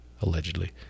allegedly